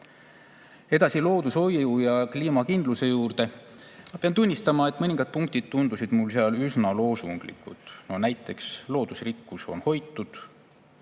Edasi loodushoiu ja kliimakindluse juurde. Ma pean tunnistama, et mõningad punktid tundusid mulle seal üsna loosunglikud. Näiteks, loodusrikkus on hoitud,